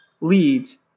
leads